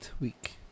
Week